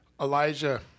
Elijah